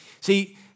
See